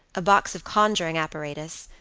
a box of conjuring apparatus,